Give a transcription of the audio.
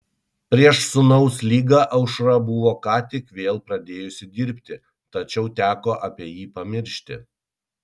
prieš sūnaus ligą aušra buvo ką tik vėl pradėjusi dirbti tačiau teko apie jį pamiršti